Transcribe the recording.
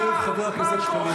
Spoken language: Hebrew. שוב, חבר הכנסת שקלים.